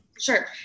Sure